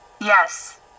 yes